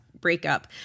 breakup